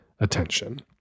attention